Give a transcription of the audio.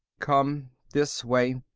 come this way.